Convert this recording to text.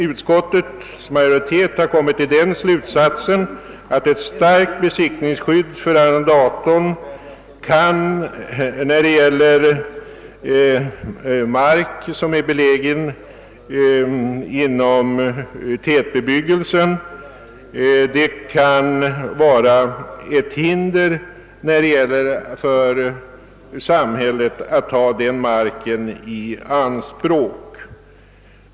Utskottets majoritet har dock kommit till den slutsatsen, att ett starkt besittningsskydd för arrendatorn vad beträffar mark som är belägen inom tätbebyggt område kan vara ett hinder för samhället att ta denna mark i anspråk.